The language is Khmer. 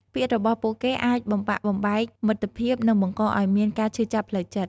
ពាក្យរបស់ពួកគេអាចបំបាក់បំបែកមិត្តភាព និងបង្កឲ្យមានការឈឺចាប់ផ្លូវចិត្ត។